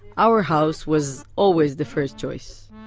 our house was always the first choice.